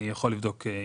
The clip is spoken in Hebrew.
אני יכול לבדוק.